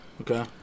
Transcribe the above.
Okay